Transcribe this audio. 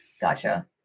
Gotcha